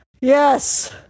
Yes